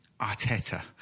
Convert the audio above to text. Arteta